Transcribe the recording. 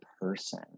person